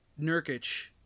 Nurkic